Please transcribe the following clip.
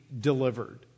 delivered